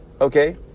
Okay